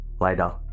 Later